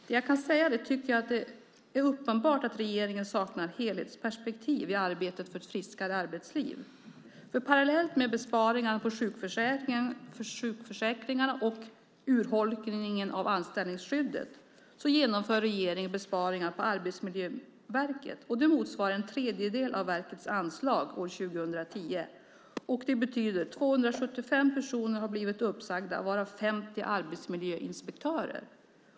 Men det är uppenbart att regeringen saknar ett helhetsperspektiv i arbetet för ett friskare arbetsliv, för parallellt med besparingarna på sjukförsäkringar och urholkningen av anställningsskyddet genomför regeringen besparingar på Arbetsmiljöverket. Det motsvarar en tredjedel av verkets anslag år 2010. Det betyder att 275 personer har blivit uppsagda, varav 50 arbetsmiljöinspektörer.